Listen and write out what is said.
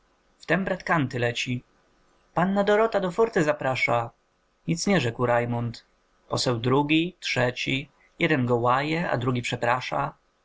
wtem brat kanty leci panna dorota do fórty zaprasza nic nie rzekł rajmund poseł drugi trzeci jeden go łaje a drugi przeprasza